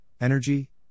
energy